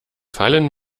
fallen